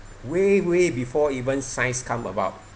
way way before even science come about